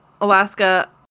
alaska